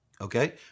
okay